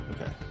Okay